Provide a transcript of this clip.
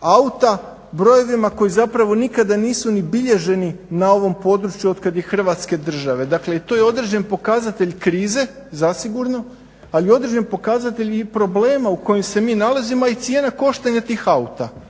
auta brojevima koji zapravo nikada nisu ni bilježeni na ovom području otkad je hrvatske države, dakle i to je određen pokazatelj krize zasigurno, ali i određen pokazatelj i problema u kojem se mi nalazimo i cijena koštanja tih auta.